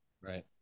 Right